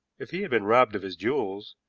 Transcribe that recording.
if he had been robbed of his jewels,